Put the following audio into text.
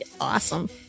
Awesome